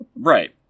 Right